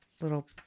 little